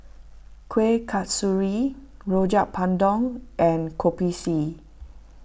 Kuih Kasturi Rojak Bandung and Kopi C